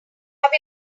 got